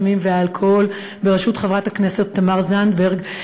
הסמים והאלכוהול בראשות חברת הכנסת תמר זנדברג,